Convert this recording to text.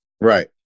Right